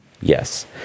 Yes